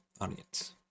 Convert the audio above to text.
audience